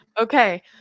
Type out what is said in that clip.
okay